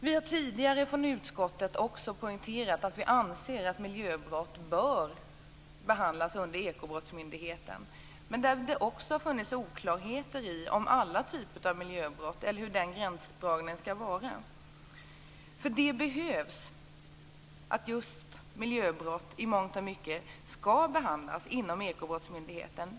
Vi har tidigare från utskottet också poängterat att vi anser att miljöbrott bör behandlas av Ekobrottsmyndigheten. Det har också funnits oklarheter om det skall gälla alla typer av miljöbrott. Hur skall gränsdragningen göras? Miljöbrott skall i mångt och mycket behandlas inom Ekobrottsmyndigheten.